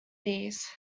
these